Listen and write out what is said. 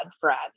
friend